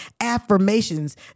affirmations